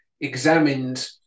examined